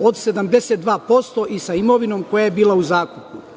od 72% i sa imovinom koja je bila u zakupu. Pitanje